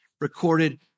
recorded